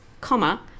comma